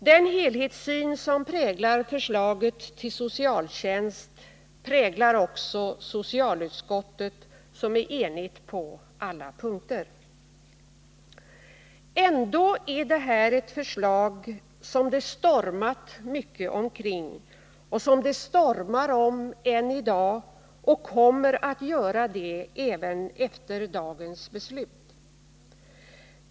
Den helhetssyn som präglar förslaget till socialtjänst präglar också socialutskottet, som är enigt på alla punkter. Ändå är det här ett förslag, som det stormat mycket omkring och som det stormar om än i dag och kommer att så göra även efter dagens beslut.